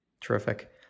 Terrific